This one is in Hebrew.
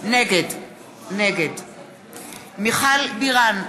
נגד מיכל בירן,